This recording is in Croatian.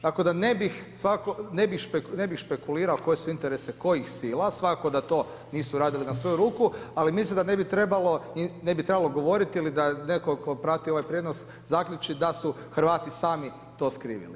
Tako da ne bih špekulirao koje su interese kojih sila, svakako da to nisu radili na svoju ruku, ali mislim da ne bi trebalo govoriti i da netko to prati ovaj prijenos zaključi da su Hrvati sami to skrivili.